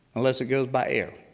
unless it goes by air.